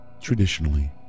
Traditionally